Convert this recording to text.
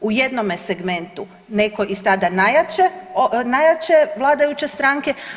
U jednome segmentu netko iz tada najjače vladajuće stranke.